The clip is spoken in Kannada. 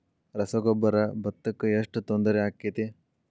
ರಸಗೊಬ್ಬರ, ಭತ್ತಕ್ಕ ಎಷ್ಟ ತೊಂದರೆ ಆಕ್ಕೆತಿ?